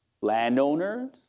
landowners